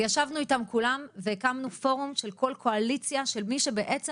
ישבנו איתם כולם והקמנו פורום של כל קואליציה של מי שבעצם